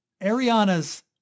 Ariana's